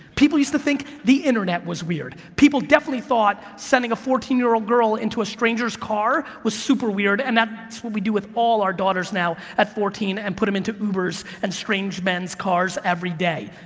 people used to think the internet was weird, people definitely thought sending a fourteen year old girl into a stranger's car was super-weird and that's what we do with all our daughters now at fourteen, and put them into ubers and strange men's cars every day,